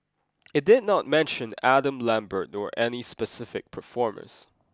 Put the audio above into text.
it did not mention Adam Lambert nor any specific performers